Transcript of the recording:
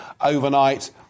overnight